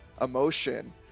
emotion